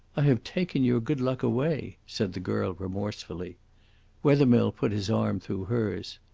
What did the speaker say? i have taken your good luck away, said the girl remorsefully wethermill put his arm through hers.